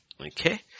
okay